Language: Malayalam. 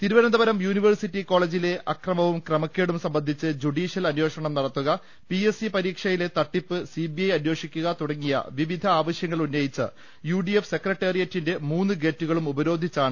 തിരുവനന്തപുരം യൂനിവേഴ്സിറ്റി കോളജിലെ അക്രമവും ക്രമക്കേടും സംബന്ധിച്ച് ്രജുഡീഷ്യൽ അന്വേഷണം നടത്തുക പിഎസ് സി പരീക്ഷയിലെ തട്ടിപ്പ് സിബിഐ അന്വേഷിക്കുക തുടങ്ങി വിവിധ ആവശ്യങ്ങൾ ഉന്നയിച്ച് യു ഡി എഫ് സെക്രട്ടേറി യറ്റിന്റെ മൂന്ന് ഗേറ്റുകളും ഉപരോധിച്ചാണ് യു